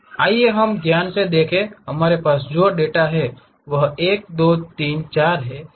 आइए हम ध्यान से देखें हमारे पास जो डेटा है वह 1 2 3 4 है